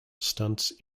stunts